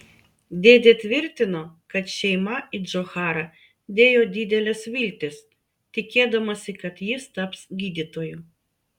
dėdė tvirtino kad šeima į džocharą dėjo dideles viltis tikėdamasi kad jis taps gydytoju